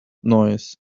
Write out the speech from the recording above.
noise